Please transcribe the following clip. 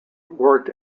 worked